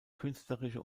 künstlerische